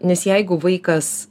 nes jeigu vaikas